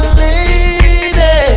lady